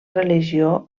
religió